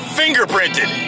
fingerprinted